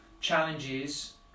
challenges